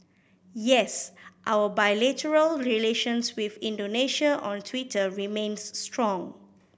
yes our bilateral relations with Indonesia on Twitter remains strong